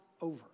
over